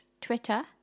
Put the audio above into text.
Twitter